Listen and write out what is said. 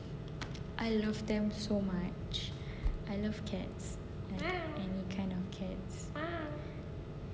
I love them so much I love cats any any kind of cats